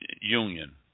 union